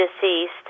deceased